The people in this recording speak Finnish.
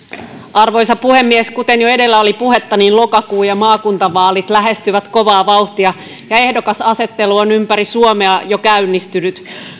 arvoisa puhemies kuten jo edellä oli puhetta lokakuu ja maakuntavaalit lähestyvät kovaa vauhtia ja ehdokasasettelu on ympäri suomea jo käynnistynyt